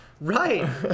Right